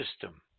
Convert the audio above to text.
system